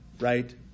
Right